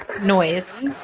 noise